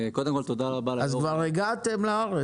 קודם כל, תודה רבה על --- אז כבר הגעתם לארץ.